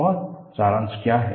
और सारांश क्या है